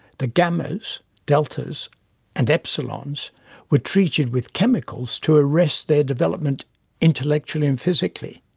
the gammas, deltas and epsilons were treated with chemicals to arrest their development intellectually and physically.